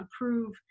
approve